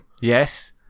Yes